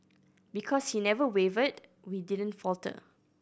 because he never wavered we didn't falter